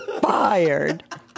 fired